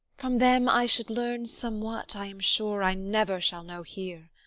from them i should learn somewhat, i am sure, i never shall know here.